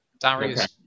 Darius